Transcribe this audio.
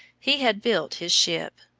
he had built his ship,